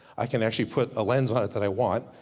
i can actually put a lens on it that i want,